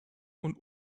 und